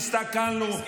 הסתכלנו,